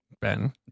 Ben